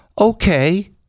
okay